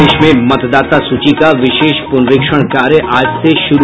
प्रदेश में मतदाता सूची का विशेष पुनरीक्षण कार्य आज से हो रहा है शुरू